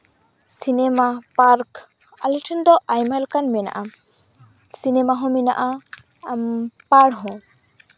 cinema park ᱟᱞᱮ ᱴᱷᱮᱱ ᱫᱚ ᱟᱭᱢᱟ ᱞᱮᱠᱟᱱ ᱢᱮᱱᱟᱜᱼᱟ ᱥᱤᱱᱮᱢᱟ ᱦᱚᱸ ᱢᱮᱱᱟᱜᱼᱟ ᱟᱨ ᱯᱟᱨᱠ ᱦᱚᱸ